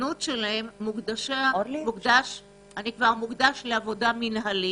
התורנות שלהם מוקדש לעבודה מנהלית.